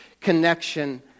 connection